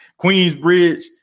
Queensbridge